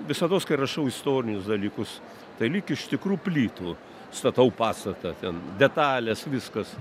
visados kai rašau istorinius dalykus tai lyg iš tikrų plytų statau pastatą ten detalės viskas